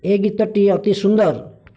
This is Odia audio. ଏ ଗୀତଟି ଅତି ସୁନ୍ଦର